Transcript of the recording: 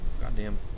goddamn